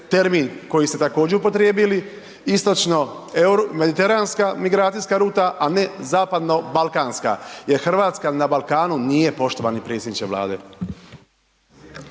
termin koji ste također upotrijebili, istočno-mediteranska migracijska ruta, a ne zapadno-balkanska jer Hrvatska na Balkanu nije poštovani predsjedniče Vlade.